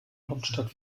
hauptstadt